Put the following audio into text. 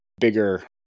bigger